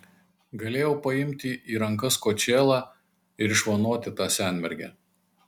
galėjau paimti į rankas kočėlą ir išvanoti tą senmergę